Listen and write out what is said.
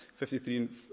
53